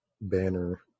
banner